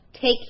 Take